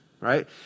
right